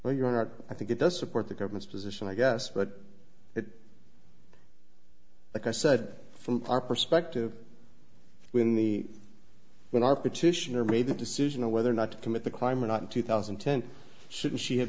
where you are i think it does support the government's position i guess but it like i said from our perspective when the when our petitioner made the decision of whether or not to commit the crime or not in two thousand and ten shouldn't she ha